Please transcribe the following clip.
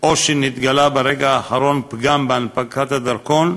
או שנתגלה ברגע האחרון פגם בהנפקת הדרכון,